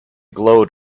glowed